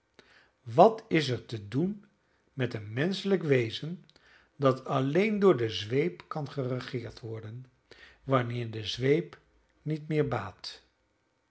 wat is er te doen met een menschelijk wezen dat alleen door de zweep kan geregeerd worden wanneer de zweep niet meer baat